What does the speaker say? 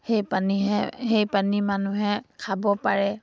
সেই পানীহে সেই পানী মানুহে খাব পাৰে